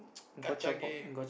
gacha game